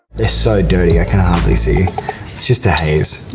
they're so dirty, i can hardly see. it's just a haze.